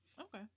Okay